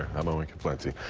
i'm owen conflenti.